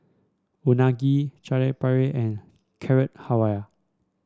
Unagi Chaat Papri and Carrot Halwa